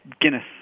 Guinness